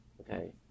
Okay